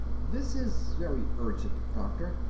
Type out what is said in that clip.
this is very urgent, doctor.